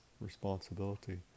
responsibility